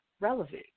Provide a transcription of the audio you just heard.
relevant